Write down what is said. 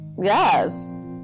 yes